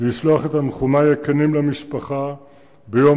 לשלוח את תנחומי הכנים למשפחה ביום